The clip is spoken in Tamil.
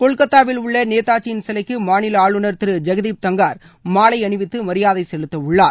கொல்கத்தாவில் உள்ள நேதாஜியின் சிலைக்கு மாநில ஆளுநர் திரு ஜெக்தீப் தங்கர் மாலை அணிவித்து மரியாதை செலுத்த உள்ளார்